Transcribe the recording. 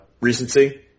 recency